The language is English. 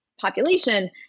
population